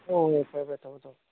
ꯍꯣꯏ ꯍꯣꯏ ꯐꯔꯦ ꯐꯔꯦ ꯊꯝꯃꯣ ꯌꯝꯃꯣ